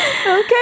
Okay